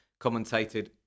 commentated